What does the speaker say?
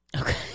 Okay